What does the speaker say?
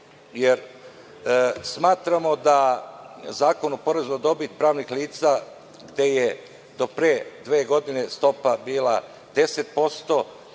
jer smatramo da Zakon o porezu na dobit pravnih lica, gde je do pre dve godine stopa bila 10%,